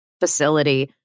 facility